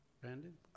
Brandon